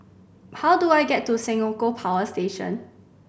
how do I get to Senoko Power Station